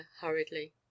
hurriedly